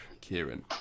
Kieran